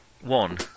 One